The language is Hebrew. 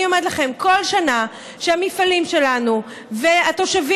אני אומרת לכם: כל שנה שהמפעלים שלנו והתושבים,